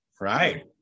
Right